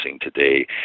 today